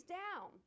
down